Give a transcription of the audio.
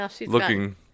looking